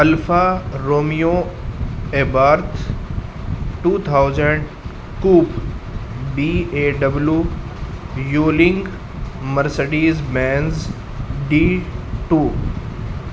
alpha Romeo Abarth two thousand کوٹو B A W یولنگ Mercedes Benz D to